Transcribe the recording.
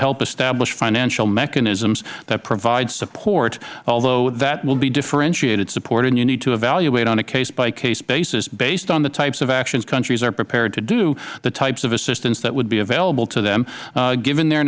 help establish financial mechanisms that provide support although that will be differentiated support and you need to evaluate on a case by case basis based on the types of actions countries are prepared to do the types of assistance that would be available to them given their